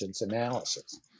analysis